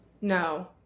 no